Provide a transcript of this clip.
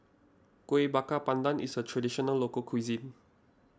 Kuih Bakar Pandan is a Traditional Local Cuisine